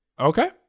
Okay